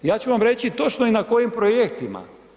Ja ću vam reći točno i na kojim projektima.